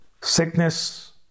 Sickness